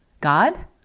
God